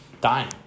dying